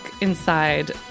inside